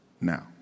now